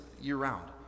year-round